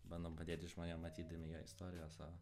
bandom padėti žmonėm matydami jo istorijas o